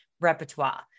repertoire